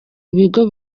ibigo